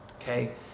okay